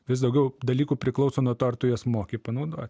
vis daugiau dalykų priklauso nuo to ar tu juos moki panaudot